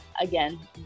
again